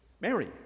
Mary